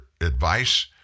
advice